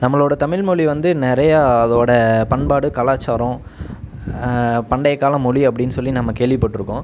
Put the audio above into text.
நம்மளோடய தமிழ்மொழி வந்து நிறையா அதோடய பண்பாடு கலாச்சாரம் பண்டைய கால மொழி அப்படினு சொல்லி நம்ம கேள்விப்பட்டிருக்கோம்